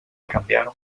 cambiaron